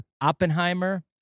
Oppenheimer